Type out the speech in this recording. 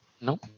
no